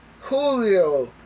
Julio